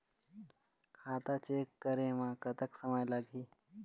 खाता चेक करे म कतक समय लगही?